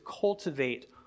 cultivate